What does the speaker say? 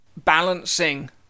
balancing